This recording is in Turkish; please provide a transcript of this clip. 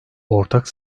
ortak